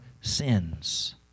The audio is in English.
sins